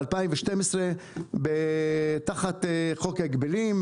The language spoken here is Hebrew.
ב-2012, תחת חוק ההגבלים,